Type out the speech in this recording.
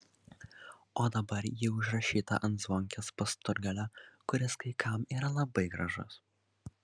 o dabar ji užrašyta ant zvonkės pasturgalio kuris kai kam yra labai gražus